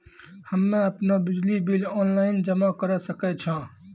हम्मे आपनौ बिजली बिल ऑनलाइन जमा करै सकै छौ?